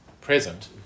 present